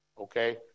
okay